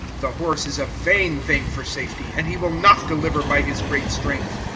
the horse is a vain thing for safety, and he will not deliver by his great strength.